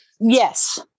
Yes